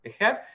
ahead